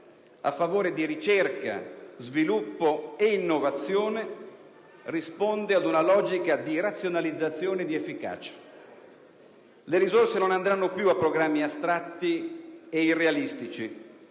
a favore di ricerca, sviluppo e innovazione risponde ad una logica di razionalizzazione e di efficacia: le risorse non andranno più a programmi astratti e irrealistici,